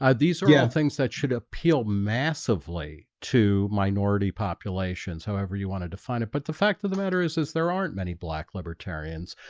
are the so yeah things that should appeal massively to minority populations. however, you want to define it but the fact of the matter is is there aren't many black libertarians